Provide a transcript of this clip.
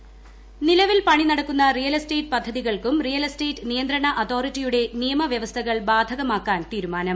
real estate നിലവിൽ പണി നടക്കുന്ന റിയൽ എസ്റ്റേറ്റ് പദ്ധതികൾക്കും റിയൽ എസ്റ്റേറ്റ് നിയന്ത്രണ അതോറിറ്റിയുടെ നിയമ വൃവസ്ഥകൾ ബാധകമാക്കാൻ തീരുമാനം